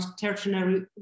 tertiary